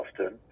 often